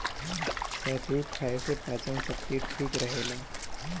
शहतूत खाए से पाचन शक्ति ठीक रहेला